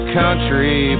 country